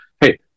hey